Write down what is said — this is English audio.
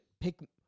pick